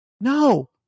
No